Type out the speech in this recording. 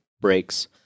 brakes